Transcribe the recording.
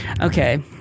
Okay